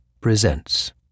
presents